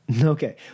Okay